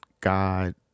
God